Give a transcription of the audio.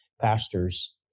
pastors